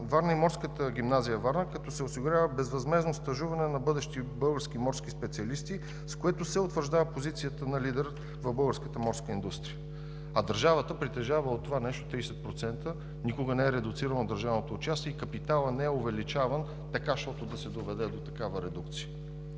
Варна и Морската гимназия във Варна, като се осигурява безвъзмездно стажуване на бъдещи български морски специалисти, с което се утвърждава позицията му на лидер в българската морска индустрия. От това нещо държавата притежава 30%. Никога не е редуцирано държавното участие и капиталът не е увеличаван така, щото да се доведе до такава редукция.